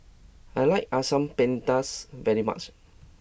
I like Asam Pedas very much